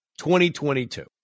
2022